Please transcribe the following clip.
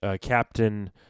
Captain